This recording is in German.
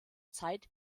zeit